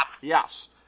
Yes